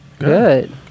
Good